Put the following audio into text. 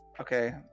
okay